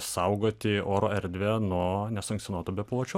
saugoti oro erdvę nuo nesankcionuotų bepročių